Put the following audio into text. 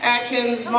Atkins